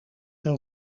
een